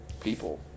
People